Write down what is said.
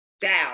down